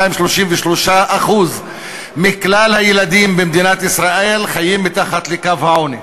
33% מכלל הילדים במדינת ישראל חיים מתחת לקו העוני.